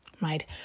Right